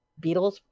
beatles